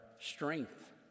strength